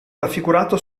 raffigurato